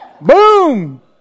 Boom